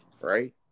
right